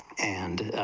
and,